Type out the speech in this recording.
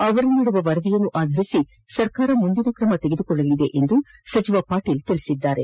ಅವರು ನೀಡುವ ವರದಿಯನ್ನು ಆಧರಿಸಿ ಸರ್ಕಾರ ಮುಂದಿನ ಕ್ರಮ ತೆಗೆದುಕೊಳ್ಳಲಿದೆ ಎಂದು ಸಚಿವ ಪಾಟೀಲ್ ತಿಳಿಸಿದರು